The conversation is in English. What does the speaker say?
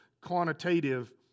quantitative